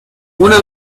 una